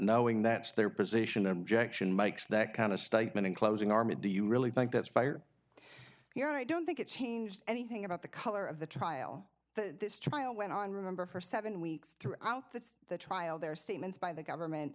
knowing that's their position objection makes that kind of statement in closing armitt do you really think that's fair you know i don't think it changed anything about the color of the trial this trial went on remember for seven weeks throughout the trial their statements by the government